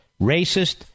racist